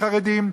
"החרדים".